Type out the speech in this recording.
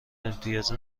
امتیاز